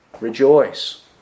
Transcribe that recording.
Rejoice